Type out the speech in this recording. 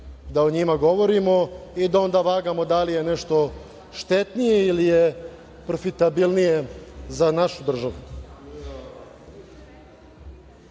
da o njima govorimo i da onda vagamo da li je nešto štetnije ili je profitabilnije za našu državu. Nemojte